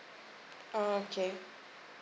oh okay